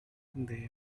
they